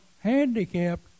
handicapped